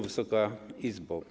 Wysoka Izbo!